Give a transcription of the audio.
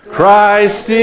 Christ